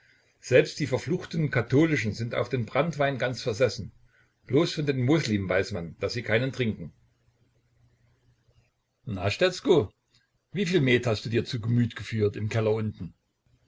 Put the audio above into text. selbst die verfluchten katholischen sind auf den branntwein ganz versessen bloß von den moslim weiß man daß sie keinen trinken na stetzko wie viel met hast du dir zu gemüt geführt im keller unten